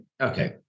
okay